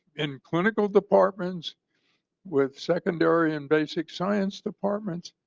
in clinical departments with secondary and basic science departments.